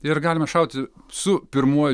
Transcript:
ir galima šauti su pirmuoju